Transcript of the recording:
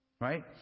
right